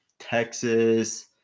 Texas